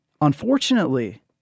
Unfortunately